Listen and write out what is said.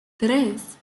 tres